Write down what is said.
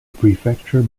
prefecture